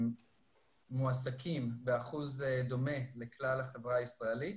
מועסקים באחוז דומה לכלל החברה הישראלית,